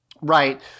Right